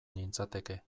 nintzateke